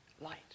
Light